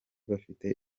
bafite